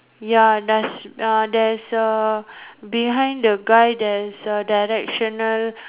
ya does uh there's a behind the guy there's a directional